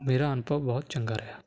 ਮੇਰਾ ਅਨੁਭਵ ਬਹੁਤ ਚੰਗਾ ਰਿਹਾ